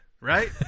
right